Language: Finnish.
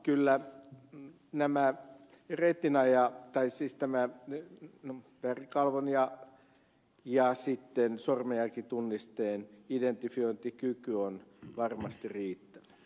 kyllä nämä yritin ajaa tai siis tämä liittyy number värikalvon ja sormenjälkitunnisteen identifiointikyky on varmasti riittävä